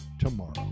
tomorrow